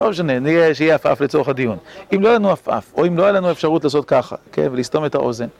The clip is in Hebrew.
לא משנה, נראה שיהיה עפעף לצורך הדיון. אם לא היה לנו עפעף, או אם לא היה לנו אפשרות לעשות ככה, כן, ולסתום את האוזן.